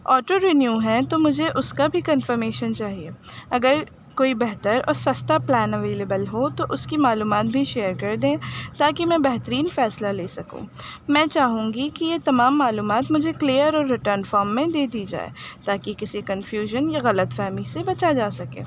auto renew ہے تو مجھے اس کا بھی کنفرمیشن چاہیے اگر کوئی بہتر اور سستا پلان اویلیبل ہو تو اس کی معلومات بھی شیئر کر دیں تاکہ میں بہترین فیصلہ لے سکوں میں چاہوں گی کہ یہ تمام معلومات مجھے کلیئر اور ریٹرن فام میں دے دی جائے تاکہ کسی کنفیوژن یا غلط فہمی سے بچا جا سکے